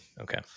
Okay